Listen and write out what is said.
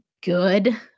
good